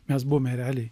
mes buvom ereliai